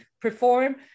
perform